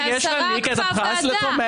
והשרה עקפה את הוועדה.